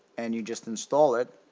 and you just install it.